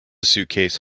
suitcase